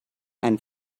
and